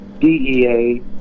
DEA